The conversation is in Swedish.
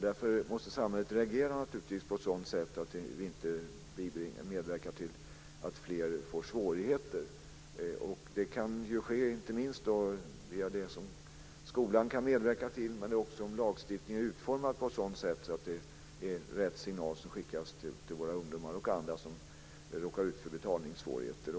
Därför måste samhället naturligtvis reagera på ett sådant sätt att vi inte medverkar till att fler får svårigheter. Det kan ske inte minst via det som skolan kan medverka till, men också genom en lagstiftning som är utformad på ett sådant sätt att rätt signal skickas till våra ungdomar och andra som råkar ut för betalningssvårigheter.